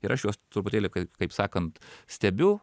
ir aš juos truputėlį kaip sakant stebiu